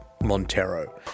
Montero